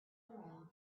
around